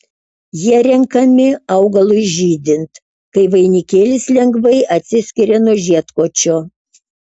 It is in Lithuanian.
jie renkami augalui žydint kai vainikėlis lengvai atsiskiria nuo žiedkočio